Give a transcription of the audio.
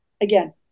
again